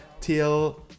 till